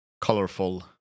colorful